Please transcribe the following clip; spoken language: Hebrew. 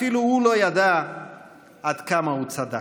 אפילו הוא לא ידע עד כמה הוא צדק.